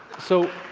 so